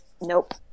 nope